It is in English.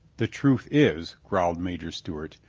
the truth is, growled major stewart,